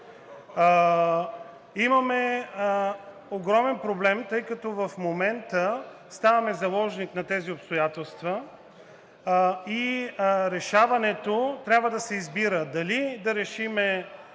Имаме огромен проблем, тъй като в момента ставаме заложник на тези обстоятелства и с решаването трябва да се избира – дали да решим